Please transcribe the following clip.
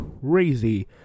crazy